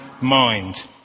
mind